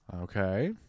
Okay